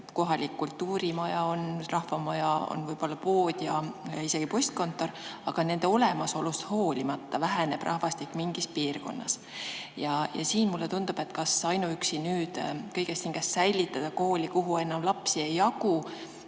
kohalik kultuurimaja, on rahvamaja, on võib-olla pood ja isegi postkontor, aga nende olemasolust hoolimata rahvastik ikka väheneb mingis piirkonnas. Mulle tundub, et siis ehk [ei tasu] kõigest hingest säilitada kooli, kuhu enam lapsi ei jagu.